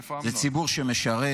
זה ציבור שמשרת,